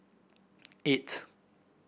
eight